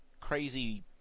crazy